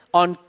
on